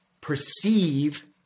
perceive